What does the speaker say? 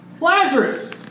Lazarus